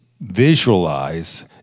visualize